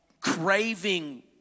craving